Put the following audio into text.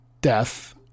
death